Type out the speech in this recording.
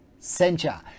sencha